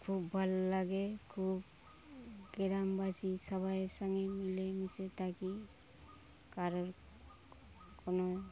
খুব ভালো লাগে খুব গ্রামবাসী সবাইয়ের সঙ্গে মিলে মিশে থাকি কারোর কোনো